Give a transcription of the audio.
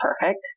perfect